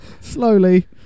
Slowly